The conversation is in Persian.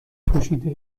پوشیده